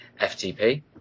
FTP